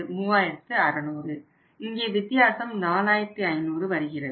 இங்கே வித்தியாசம் 4500 வருகிறது